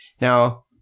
Now